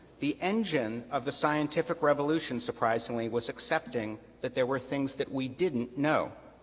the engine of the scientific revolution, surprisingly, was accepting that there were things that we didn't know,